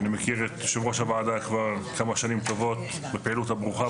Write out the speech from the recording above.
אני מכיר את יושב-ראש הוועדה כבר כמה שנים טובות בפעילות הברוכה,